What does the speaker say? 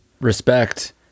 Respect